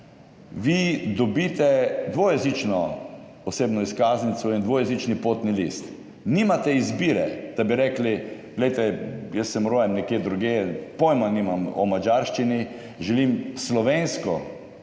vi dobite dvojezično osebno izkaznico in dvojezični potni list. Nimate izbire, da bi rekli, glejte, jaz sem rojen nekje drugje, pojma nimam o madžarščini, želim slovensko